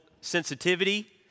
sensitivity